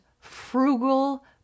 frugal